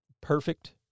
perfect